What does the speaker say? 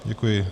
Děkuji.